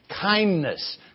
kindness